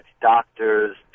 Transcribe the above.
doctors